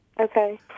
Okay